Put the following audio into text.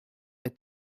est